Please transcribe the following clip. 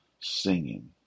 singing